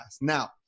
Now